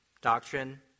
Doctrine